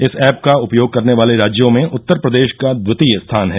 इस एप का उपयोग करने वाले राज्यों में उत्तर प्रदेश का द्वितीय स्थान है